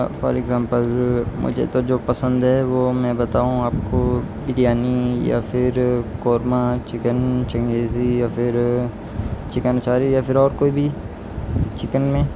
four example مجھے تو جو پسند ہے وہ میں بتاؤں آپ کو بریانی یا پھر قورمہ چکن چنگیزی یا پھر چکن اچاری یا پھر اور کوئی بھی چکن میں